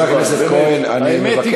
חבר הכנסת כהן, אני מבקש.